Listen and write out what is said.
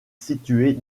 située